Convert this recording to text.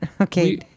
okay